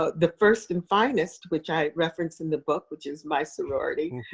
ah the first and finest which i referenced in the book, which is my sorority.